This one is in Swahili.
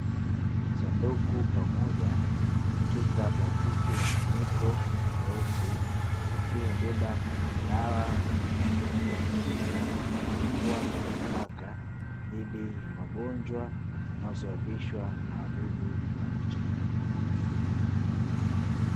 Kisanduku pamoja na chupa ya plastiki, mfuniko mweusi. Ikiwa imebeba dawa ya kuwakinga mbwa na paka dhidi ya magonjwa, yanayosababishwa na wadudu wa nje.